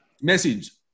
Message